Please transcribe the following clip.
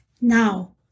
Now